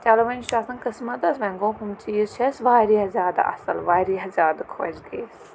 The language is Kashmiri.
چلو وۄنۍ یہِ چھُ آسان قٕسمَتَس وۄنۍ گوٚو ہُم چیٖز چھِ اَسہِ واریاہ زیادٕ اَصٕل واریاہ زیادٕ خۄش گٔے أسۍ